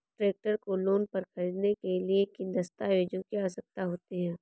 Tractor को loan पर खरीदने के लिए किन दस्तावेज़ों की आवश्यकता होती है?